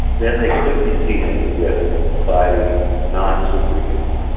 then they could be seen as a risk by the non-super humans.